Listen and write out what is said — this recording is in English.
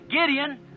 Gideon